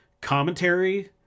commentary